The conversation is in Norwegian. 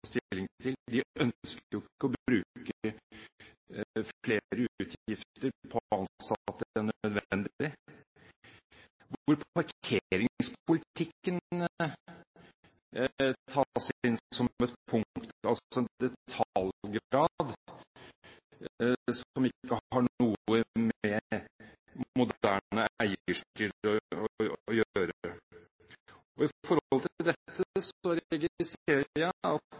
jo ikke å bruke flere utgifter på ansatte enn nødvendig. Parkeringspolitikken tas inn som et punkt. Det er en detaljgrad som ikke har noe med moderne eierstyre å gjøre. Når det gjelder dette, registrerer jeg at